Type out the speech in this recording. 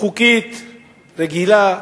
חוקית רגילה.